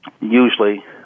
usually